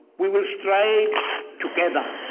we will stride together